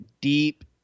deep